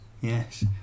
Yes